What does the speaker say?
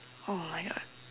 oh my god